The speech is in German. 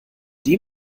dem